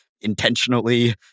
intentionally